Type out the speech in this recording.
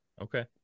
Okay